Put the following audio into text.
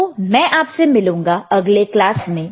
तो मैं आपसे मिलूंगा अगले क्लास में